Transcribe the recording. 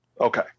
Okay